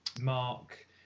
Mark